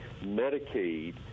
Medicaid